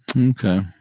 Okay